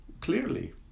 clearly